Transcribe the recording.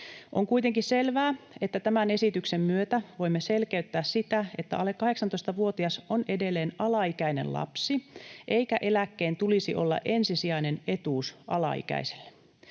On kuitenkin selvää, että tämän esityksen myötä voimme selkeyttää sitä, että alle 18-vuotias on edelleen alaikäinen lapsi eikä eläkkeen tulisi olla ensisijainen etuus alaikäiselle.